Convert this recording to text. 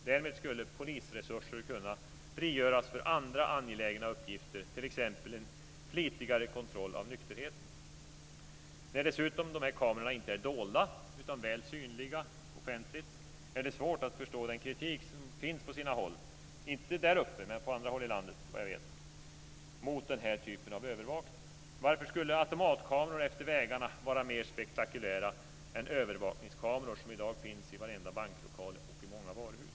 Därmed skulle polisresurser kunna frigöras för andra angelägna uppgifter, t.ex. en flitigare kontroll av nykterheten. När de här kamerorna dessutom inte är dolda utan väl synliga offentligt är det svårt att förstå den kritik som på sina håll finns - inte där uppe men på andra håll i landet, såvitt jag vet - mot den här typen av övervakning. Varför skulle automatkameror utefter vägarna vara mer spektakulära än övervakningskameror som i dag finns i varenda banklokal och i många varuhus?